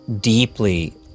deeply